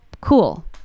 cool